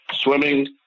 swimming